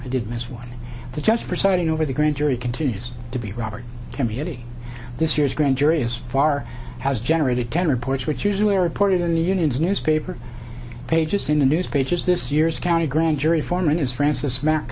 i did miss one the judge for signing over the grand jury continues to be robert kennedy this year's grand jury as far as generally ten reports which usually are reported in the union's newspaper pages in the newspapers this year's county grand jury foreman is francis mac